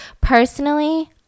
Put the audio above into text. personally